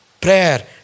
Prayer